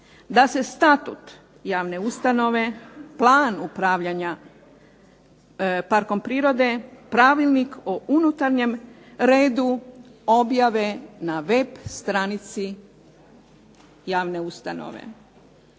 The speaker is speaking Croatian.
da se Statut javne ustanove, Plan upravljanja Parkom prirode, Pravilnik o unutarnjem redu objave na web stranici javne ustanove.